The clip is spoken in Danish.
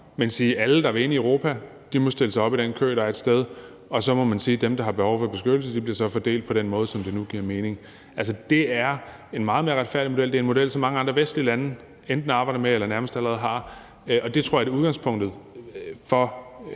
vi siger, at alle, der vil ind i Europa, må stille sig op i den kø, der er et sted, og så må man sige, at dem, der har behov for beskyttelse, så bliver fordelt på den måde, som nu giver mening. Altså, det er en meget mere retfærdig model – det er en model, som mange andre vestlige lande enten arbejder med eller nærmest allerede har, og der tror jeg, at udgangspunktet for